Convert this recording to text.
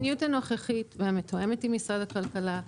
המדיניות הנוכחית והמתואמת עם משרד הכלכלה,